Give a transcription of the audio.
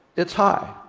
it's high.